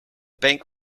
bank